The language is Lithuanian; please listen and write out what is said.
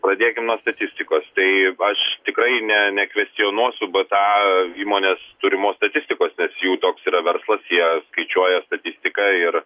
pradėkim nuo statistikos tai aš tikrai ne nekvestionuosiu bta įmonės turimos statistikos nes jų toks yra verslas jie skaičiuoja statistiką ir